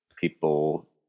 people